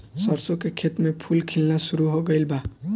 सरसों के खेत में फूल खिलना शुरू हो गइल बा